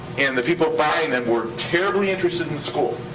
and the people buying them were terribly interested in the school,